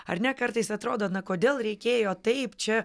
ar ne kartais atrodo na kodėl reikėjo taip čia